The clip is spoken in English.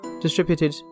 distributed